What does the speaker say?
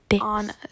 on